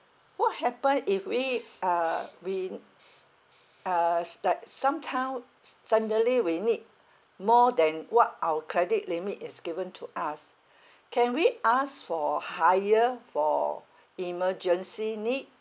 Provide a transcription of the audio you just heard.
what happen if we uh we uh s~ like sometime s~ suddenly we need more than what our credit limit is given to us can we ask for higher for emergency need